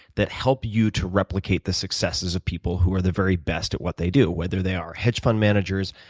that help you to replicate the successes of people who are the very best of what they do, whether they are hedge fund managers,